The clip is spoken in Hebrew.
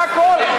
זה הכול.